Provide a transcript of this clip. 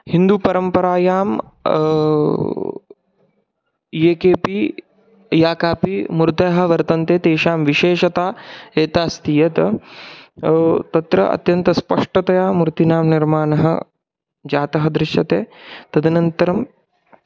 हिन्दुपरम्परायां ये केपि या कापि मूर्तयः वर्तन्ते तेषां विशेषता एताः अस्ति यत् तत्र अत्यन्तस्पष्टतया मूर्तीनां निर्माणं जातं दृश्यते तदनन्तरं